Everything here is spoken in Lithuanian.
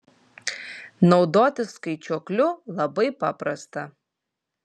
naudotis skaičiuokliu labai paprasta